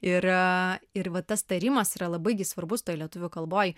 ir ir va tas tarimas yra labai svarbus lietuvių kalboj